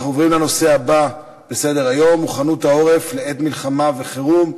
אנחנו עוברים לנושא הבא בסדר-היום: מוכנות העורף לעת מלחמה וחירום,